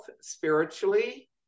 spiritually